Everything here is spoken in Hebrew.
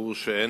"ברק רוצח"